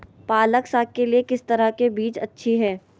पालक साग के लिए किस तरह के बीज अच्छी है?